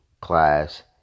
class